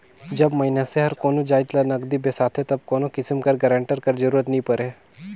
जब मइनसे हर कोनो जाएत ल नगदी बेसाथे तब कोनो किसिम कर गारंटर कर जरूरत नी परे